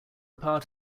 part